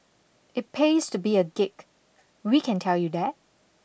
it pays to be a geek we can tell you that